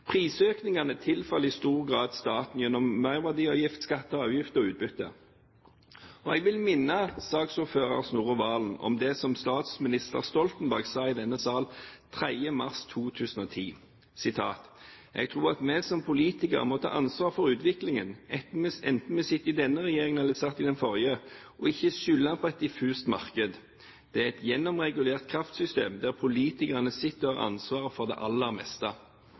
Prisøkningene tilfaller i stor grad staten gjennom merverdiavgift, skatter og avgifter og utbytte. Jeg vil minne saksordfører Snorre Serigstad Valen på det som statsminister Stoltenberg sa i denne sal 3. mars 2010: «Så jeg tror at vi som politikere, må ta ansvaret for utviklingen – enten vi sitter i denne regjeringen eller satt i den forrige – og ikke skylde på et litt diffust marked. Det er et gjennomregulert system, der politikerne sitter og har ansvaret for det aller meste.»